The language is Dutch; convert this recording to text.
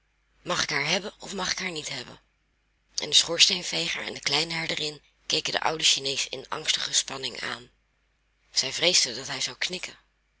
mag ik haar hebben of mag ik haar niet hebben en de schoorsteenveger en de kleine herderin keken den ouden chinees in angstige spanning aan zij vreesden dat hij zou knikken